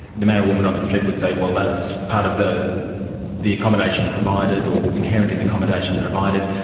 the man or woman on the street would say, well, that's part of the the accommodation provided or inherent in the accommodation provided.